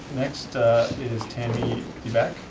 next is tammy debeck.